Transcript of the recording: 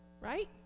right